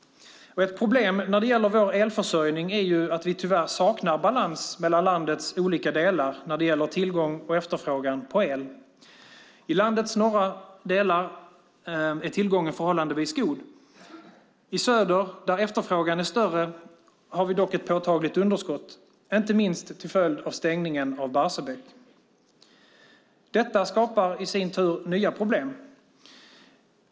Ett problem när det gäller vår elförsörjning är ju att vi tyvärr saknar balans mellan landets olika delar när det gäller tillgång och efterfrågan på el. I landets norra delar är tillgången förhållandevis god. I söder, där efterfrågan är större, har vi dock ett påtagligt underskott, inte minst till följd av stängningen av Barsebäck. Detta skapar i sin tur nya problem.